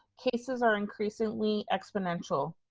cases are increasingly exponential.